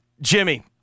Jimmy